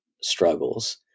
struggles